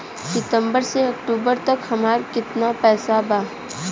सितंबर से अक्टूबर तक हमार कितना पैसा बा?